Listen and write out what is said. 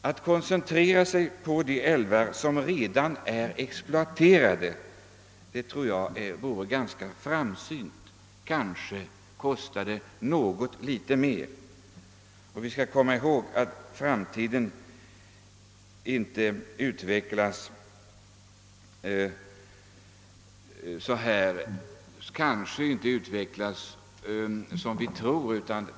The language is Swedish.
Att koncentrera sig på de älvar som redan är exploaterade tror jag vore ganska framsynt. Det kostar något litet mer, men vi skall komma ihåg att framtiden kanske inte utvecklas som vi tror.